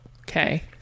okay